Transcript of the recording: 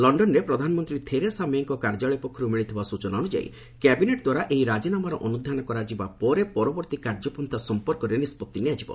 ଲଣ୍ଡନରେ ପ୍ରଧାନମନ୍ତ୍ରୀ ଥେରେସା ମେଙ୍କ କାର୍ଯ୍ୟାଳୟ ପକ୍ଷରୁ ମିଳିଥିବା ସୂଚନା ଅନୁଯାୟୀ କ୍ୟାବିନେଟ୍ ଦ୍ୱାରା ଏହି ରାଜିନାମାର ଅନ୍ଧ୍ୟାନ କରାଯିବା ପରେ ପରବର୍ତ୍ତୀ କାର୍ଯ୍ୟପନ୍ତା ସମ୍ପର୍କରେ ନିଷ୍ପଭି ନିଆଯିବ